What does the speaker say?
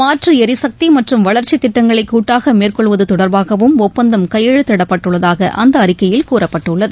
மாற்று எரிசக்தி மற்றும் வளர்ச்சி திட்டங்களை கூட்டாக மேற்கொள்வது தொடர்பாகவும் ஒப்பந்தம் கையெழுத்திடப்பட்டுள்ளதாக அந்த அறிக்கையில் கூறப்பட்டுள்ளது